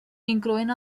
incloent